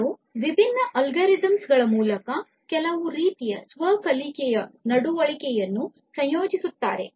ಅವರು ವಿಭಿನ್ನ ಅಲ್ಗೊರಿದಮ್ ಗಳ ಮೂಲಕ ಕೆಲವು ರೀತಿಯ ಸ್ವ ಕಲಿಕೆಯ ನಡವಳಿಕೆಯನ್ನು ಸಂಯೋಜಿಸುತ್ತಾರೆ